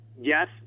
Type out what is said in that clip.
Yes